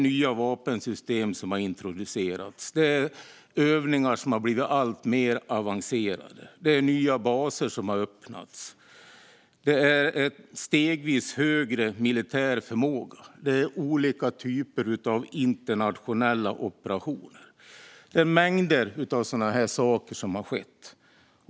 Nya vapensystem har introducerats, övningar har blivit alltmer avancerade, nya baser har öppnats, den militära förmågan har blivit stegvis högre och det har utförts olika typer av internationella operationer. Det är mängder av sådana saker som har skett.